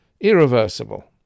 Irreversible